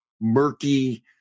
murky